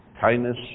kindness